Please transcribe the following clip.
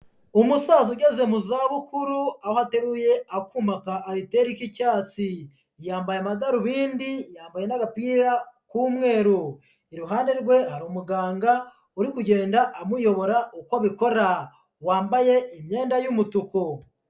Umusaza ugeze mu zabukuru, aho ateruye akuma ka ariteri k'icyatsi, yambaye amadarubindi, yambaye n'agapira k'umweru, iruhande rwe hari umuganga uri kugenda amuyobora uko abikora, wambaye imyenda y'umutuku.